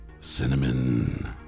cinnamon